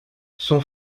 son